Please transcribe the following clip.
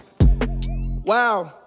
Wow